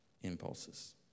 impulses